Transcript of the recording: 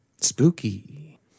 Spooky